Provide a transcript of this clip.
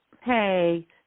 Hey